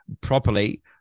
properly